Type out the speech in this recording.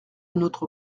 notre